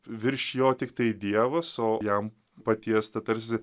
virš jo tiktai dievas o jam patiesta tarsi